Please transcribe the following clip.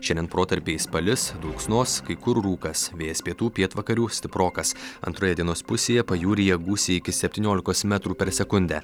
šiandien protarpiais palis dulksnos kai kur rūkas vėjas pietų pietvakarių stiprokas antroje dienos pusėje pajūryje gūsiai iki septyniolikos metrų per sekundę